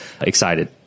excited